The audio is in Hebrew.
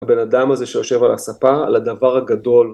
הבן אדם הזה שיושב על הספה, על הדבר הגדול.